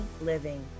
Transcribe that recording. living